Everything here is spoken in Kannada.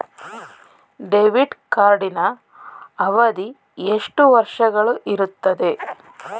ಡೆಬಿಟ್ ಕಾರ್ಡಿನ ಅವಧಿ ಎಷ್ಟು ವರ್ಷಗಳು ಇರುತ್ತದೆ?